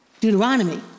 Deuteronomy